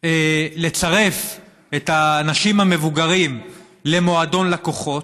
לצרף את האנשים המבוגרים למועדון לקוחות,